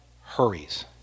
hurries